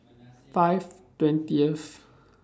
five twentieth